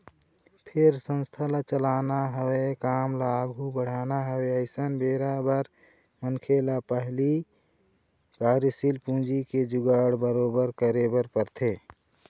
फेर संस्था ल चलाना हवय काम ल आघू बढ़ाना हवय अइसन बेरा बर मनखे ल पहिली कार्यसील पूंजी के जुगाड़ बरोबर करे बर परथे